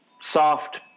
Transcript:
Soft